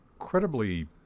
incredibly